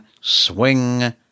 swing